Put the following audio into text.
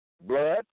blood